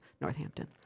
Northampton